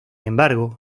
embargo